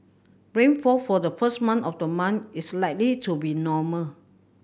rainfall for the first month of the month is likely to be normal